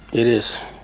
it is.